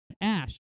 Ash